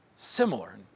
similar